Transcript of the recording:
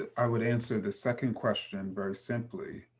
i would answer the second question very simply.